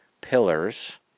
pillars